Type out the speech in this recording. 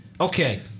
okay